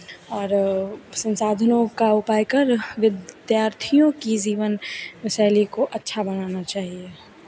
और संसाधनों का उपाय कर विद्यार्थियाें की जीवन शैली को अच्छा बनाना चाहिए